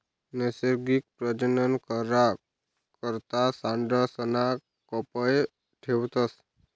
नैसर्गिक प्रजनन करा करता सांडसना कयप ठेवतस